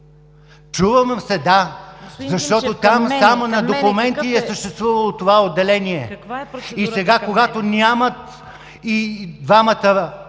ИЛИЯН ТИМЧЕВ: Защото там само на документи е съществувало това отделение. И сега, когато нямат и двамата